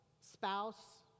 spouse